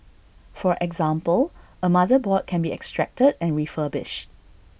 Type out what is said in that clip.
for example A motherboard can be extracted and refurbished